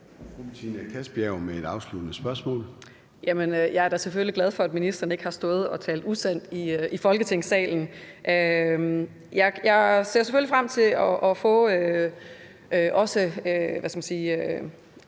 Jeg er da selvfølgelig glad for, at ministeren ikke har stået og talt usandt i Folketingssalen. Jeg ser selvfølgelig frem til, at ministeren